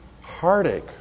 heartache